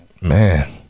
man